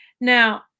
now